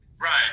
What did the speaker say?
Right